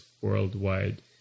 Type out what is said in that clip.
worldwide